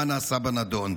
מה נעשה בנדון?